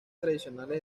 tradicionales